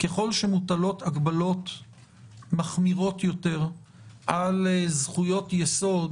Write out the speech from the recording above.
ככל שמוטלות הגבלות מחמירות יותר על זכויות-יסוד,